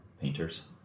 painters